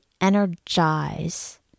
energize